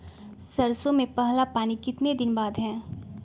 सरसों में पहला पानी कितने दिन बाद है?